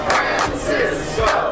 Francisco